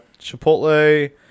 chipotle